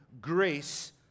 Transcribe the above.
grace